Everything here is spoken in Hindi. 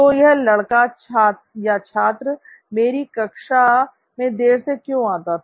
तो यह लड़का छात्र मेरी हर कक्षा में देर से क्यों आता था